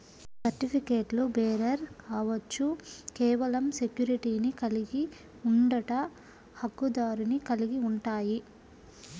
సర్టిఫికెట్లుబేరర్ కావచ్చు, కేవలం సెక్యూరిటీని కలిగి ఉండట, హక్కుదారుని కలిగి ఉంటాయి,